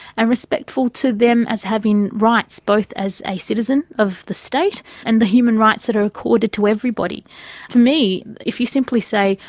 and respectful to them as having rights both as a citizen of the state and the human rights that are accorded to everybody. for me, if you simply say,